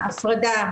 שההפרדה,